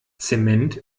zement